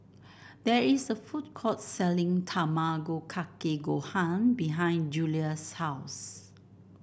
there is a food court selling Tamago Kake Gohan behind Julia's house